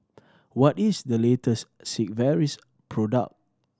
what is the latest Sigvaris product